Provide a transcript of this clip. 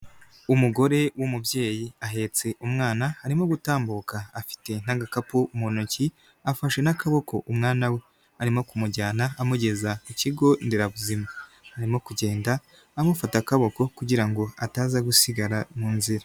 Umugore w'umubyeyi ahetse umwana arimo gutambuka afite n'agakapu mu ntoki, afashe n'akaboko umwana we, arimo kumujyana amugeza ku kigo nderabuzima, arimo kugenda amufata akaboko kugira ngo ataza gusigara mu nzira.